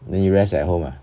then you rest at home ah